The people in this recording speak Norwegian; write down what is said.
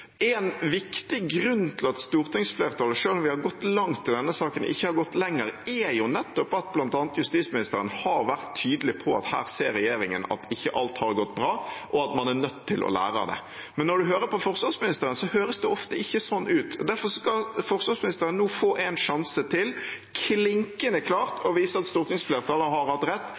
En viktig grunn til at stortingsflertallet, selv om vi har gått langt i denne saken, ikke har gått lenger, er jo nettopp at bl.a. justisministeren har vært tydelig på at regjeringen her ser at ikke alt har gått bra, og at man er nødt til å lære av det. Men når man hører på forsvarsministeren, høres det ofte ikke sånn ut. Derfor skal forsvarsministeren få en sjanse til klinkende klart å vise at stortingsflertallet har hatt rett,